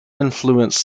influenced